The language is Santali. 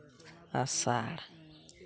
ᱟᱥᱟᱲ